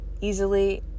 easily